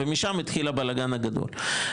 ומשם התחיל הבלגן הגדול.